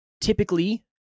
Typically